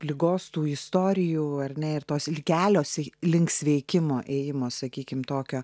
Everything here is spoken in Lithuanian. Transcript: ligos tų istorijų ar ne ir tos lyg kelios link sveikimo ėjimo sakykim tokio